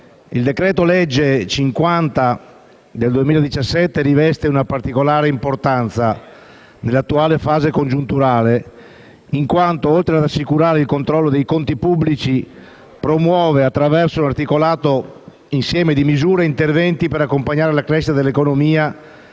il decreto-legge n. 50 del 2017 riveste una particolare importanza nell'attuale fase congiunturale, in quanto oltre ad assicurare il controllo dei conti pubblici, promuove, attraverso un articolato insieme di misure, interventi per accompagnare la crescita dell'economia